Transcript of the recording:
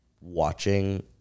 watching